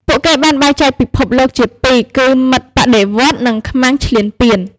ពួកគេបានបែងចែកពិភពលោកជាពីរ គឺ «មិត្តបដិវត្តន៍» និង «ខ្មាំងឈ្លានពាន»។